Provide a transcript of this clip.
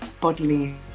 bodily